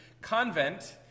convent